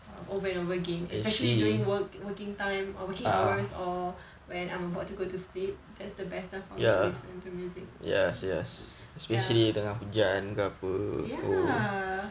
um over and over again especially during work working time or working hours or when I'm about to go to sleep that's the best time for me to listen to music ya ya